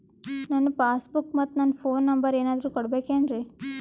ನನ್ನ passbook ಮತ್ ನನ್ನ ಫೋನ್ ನಂಬರ್ ಏನಾದ್ರು ಕೊಡಬೇಕೆನ್ರಿ?